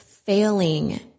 failing